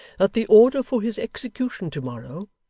that the order for his execution to-morrow,